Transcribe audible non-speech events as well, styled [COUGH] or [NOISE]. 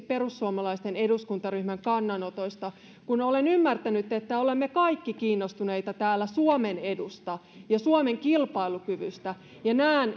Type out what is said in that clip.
[UNINTELLIGIBLE] perussuomalaisten eduskuntaryhmän kannanotoista kun olen ymmärtänyt että olemme kaikki kiinnostuneita täällä suomen edusta ja suomen kilpailukyvystä näen [UNINTELLIGIBLE]